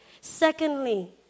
Secondly